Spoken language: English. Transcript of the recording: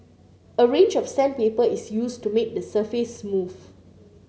a range of sandpaper is used to make the surface smooth